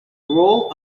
roll